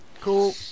Cool